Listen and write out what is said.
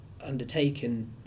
undertaken